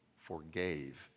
forgave